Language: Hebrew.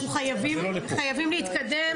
אנחנו חייבים להתקדם.